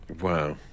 Wow